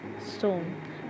stone